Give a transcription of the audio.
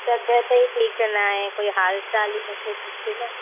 तबियत ई ठीकु न आहे कोई हालचाल ई नथो पुछे न